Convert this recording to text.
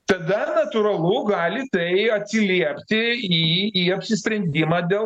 tada natūralu gali tai atsiliepti į į apsisprendimą dėl